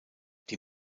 die